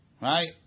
Right